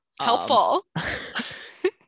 Helpful